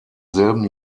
selben